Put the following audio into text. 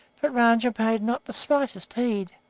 but rajah paid not the slightest heed,